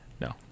No